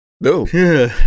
No